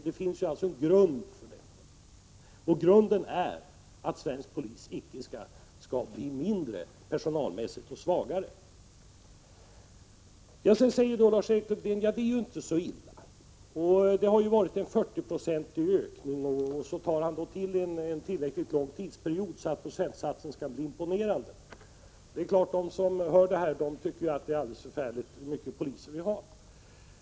Det finns naturligtvis en grund för det, och grunden är att svensk polis inte skall bli mindre personalmässigt och svagare. Så säger Lars-Erik Lövdén att det är inte så illa. Det har skett en 40-procentig ökning, och så tar han till en tillräckligt lång tidsperiod så att procentsatsen skall bli imponerande. De som hör det här tycker ju att det är alldeles förfärligt så många poliser vi har.